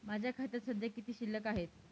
माझ्या खात्यात सध्या किती शिल्लक आहे?